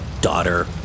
daughter